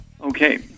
Okay